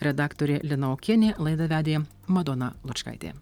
redaktorė lina okienė laidą vedė madona lučkaitė